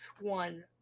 One